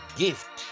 gift